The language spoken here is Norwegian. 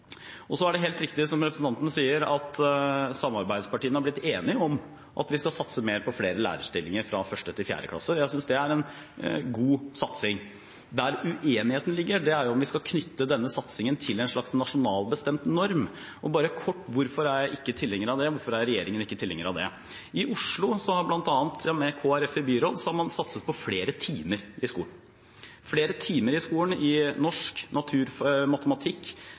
Så er det helt riktig som representanten sier, at samarbeidspartiene har blitt enige om at vi skal satse mer på flere lærerstillinger i 1.–4. klasse. Jeg synes det er en god satsing. Uenigheten ligger i om vi skal knytte denne satsingen til en slags nasjonalbestemt norm. Og bare kort: Hvorfor er jeg ikke tilhenger av det, hvorfor er ikke regjeringen tilhenger av det? I Oslo har man, bl.a. med Kristelig Folkeparti i byråd, satset på flere timer i skolen, flere timer i skolen i norsk,